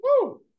Woo